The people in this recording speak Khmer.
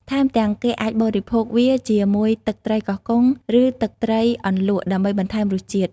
ថែមទាំងគេអាចបរិភោគវាជាមួយទឹកត្រីកោះកុង ឬទឹកត្រីអន្លក់ ដើម្បីបន្ថែមរសជាតិ។